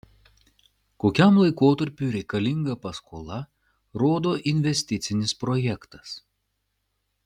kokiam laikotarpiui reikalinga paskola rodo investicinis projektas